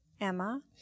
Emma